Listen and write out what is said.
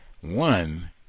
one